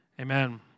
Amen